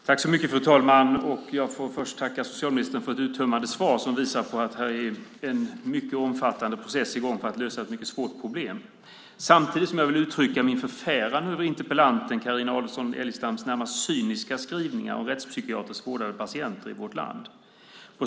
Fru talman! Jag vill först tacka socialministern för ett uttömmande svar som visar att en mycket omfattande process är i gång för att lösa ett mycket svårt problem. Samtidigt vill jag uttrycka min förfäran över interpellanten Carina Adolfsson Elgestams närmast cyniska skrivningar om rättspsykiatriskt vårdade patienter i vårt land.